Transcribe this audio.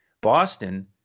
Boston